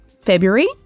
February